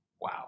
Wow